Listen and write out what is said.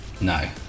No